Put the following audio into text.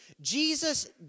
Jesus